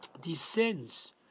descends